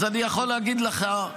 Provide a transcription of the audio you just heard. אז אני יכול להגיד לך,